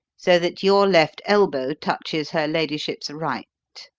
so that your left elbow touches her ladyship's right.